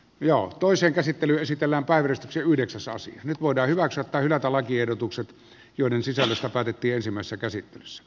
ja on toisen käsittely esitellään pari syhdeksänsasi nyt voidaan hyväksyä tai hylätä lakiehdotukset joiden sisällöstä päätettiin ensimmäisessä käsittelyssä